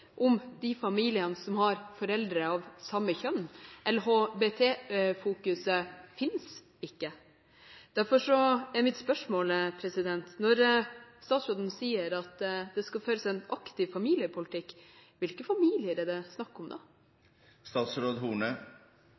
om de familiene som har foreldre av samme kjønn. LHBT-fokuset finnes ikke. Derfor er mitt spørsmål: Når statsråden sier at det skal føres en aktiv familiepolitikk, hvilke familier er det snakk om